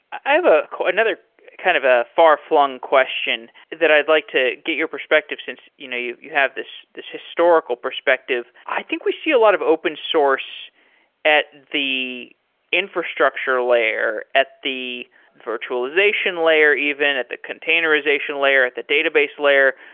ah another kind of a far-flung question that i'd like to get your perspective, since you know you you have this this historical perspective. i think we see a lot of open source at the infrastructure layer, at the virtualization layer even, at that containerization layer, at the database layer.